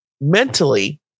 mentally